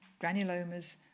granulomas